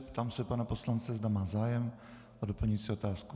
Ptám se pana poslance, zda má zájem o doplňující otázku.